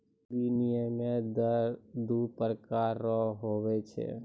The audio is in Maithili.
विनिमय दर दू प्रकार रो हुवै छै